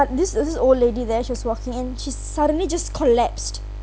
there's uh this old lady there she was walking in and she suddenly just collapsed